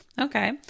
Okay